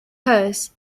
hers